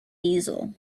diesel